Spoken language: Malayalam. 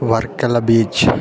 വർക്കല ബീച്ച്